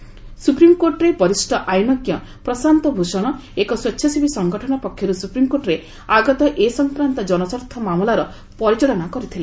ସ୍ୱପ୍ରିମକୋର୍ଟରେ ବରିଷ୍ଣ ଆଇନଜ୍ଞ ପ୍ରଶାନ୍ତ ଭୂଷଣ ଏକ ସ୍ପେଚ୍ଛାସେବୀ ସଂଗଠନ ପକ୍ଷରୁ ସୁପ୍ରିମକୋର୍ଟରେ ଆଗତ ଏ ସଫକ୍ରାନ୍ତ ଜନସ୍ୱାର୍ଥ ମାମଲାର ପରିଚାଳନା କରିଥିଲେ